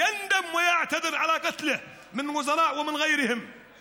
מהשרים וזולתם שלא הביעו חרטה ולא השמיעו דברי התנצלות על הרצח שלו.)